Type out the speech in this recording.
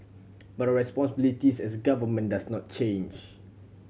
but responsibilities as a government does not change